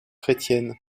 chrétienne